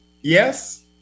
Yes